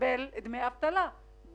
לקבל דמי אבטלה.